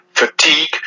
Fatigue